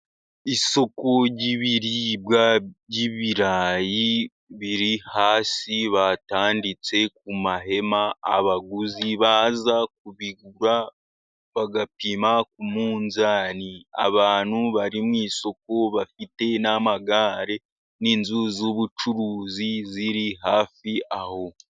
Isoko ry'ibiribwa by'ibirayi biri hasi batanditse ku mahema, abaguzi baza kubigura bagapima ku munzani, abantu bari mu isoko bafite n'amagare n' inzu z'ubucuruzi ziri hafi aho.